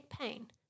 pain